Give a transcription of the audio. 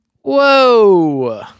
Whoa